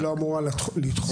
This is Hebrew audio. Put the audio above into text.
היא לא אמורה לדחות.